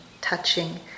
touching